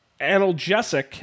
analgesic